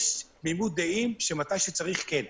יש תמימות דעים שמתי שצריך כן.